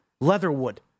Leatherwood